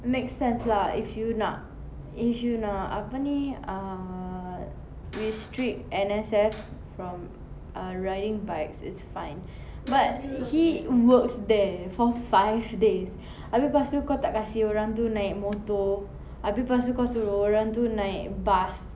makes sense lah if you nak if you nak apa ni ah restrict N_S_F from uh riding bikes it's fine but he works there for five days abeh lepas tu kau tak kasi orang tu naik motor abeh lepas tu kau suruh orang tu naik bus